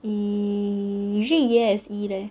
E usually yes E there